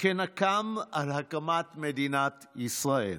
כנקם על הקמת מדינת ישראל.